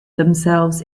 themselves